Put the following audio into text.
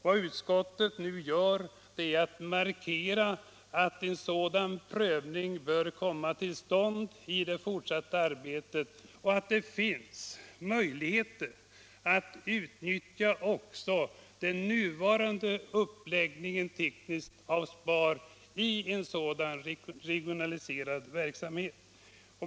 Vad utskottet nu gör är att markera att en sådan prövning bör komma till stånd i det fortsatta arbetet och att det finns möjligheter rent tekniskt att utnyttja också den nuvarande uppläggningen av SPAR i en sådan regionaliserad verksamhet.